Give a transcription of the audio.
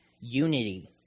unity